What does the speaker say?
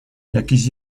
jakiś